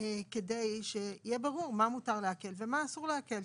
כדי שיהיה ברור מה מותר לעקל ומה אסור לעקל,